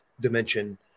dimension